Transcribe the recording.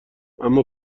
اما